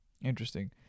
interesting